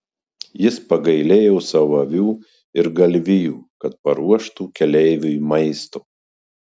jis pagailėjo savo avių ir galvijų kad paruoštų keleiviui maisto